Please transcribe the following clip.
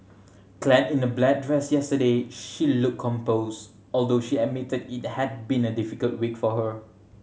clad in a black dress yesterday she looked composed although she admitted it had been a difficult week for her